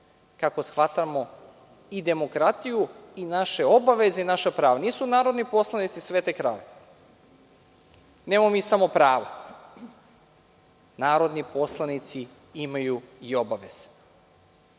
kako shvatamo i demokratiju i naše obaveze i naša prava. Nisu narodni poslanici svete krave. Nemamo mi samo prava. Narodni poslanici imaju i obaveze.